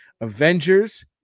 Avengers